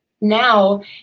now